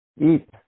eat